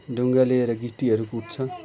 ढुङ्गा लिएर गिट्टीहरू कुट्छ